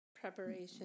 preparation